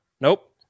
Nope